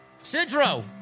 Sidro